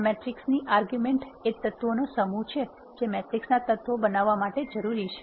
આ મેટ્રિક્સની આર્ગુમન્ટ એ તત્વોનો સમૂહ છે જે મેટ્રિક્સના તત્વો બનવા માટે જરૂરી છે